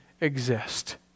exist